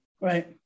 Right